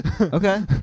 okay